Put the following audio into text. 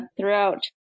throughout